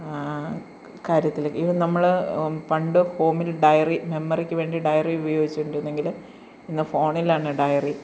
കാര്യത്തിൽ ഈവൻ നമ്മൾ പണ്ട് ഹോമിൽ ഡയറി മെമ്മറിക്കു വേണ്ടി ഡയറി ഉപയോഗിച്ചു കൊണ്ടിരുന്നെങ്കിൽ ഇന്ന് ഫോണിലാണ് ഡയറി